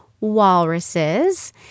walruses